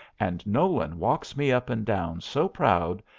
and nolan walks me up and down so proud,